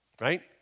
right